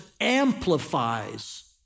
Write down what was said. amplifies